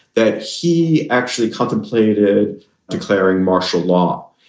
that he actually contemplated declaring martial law.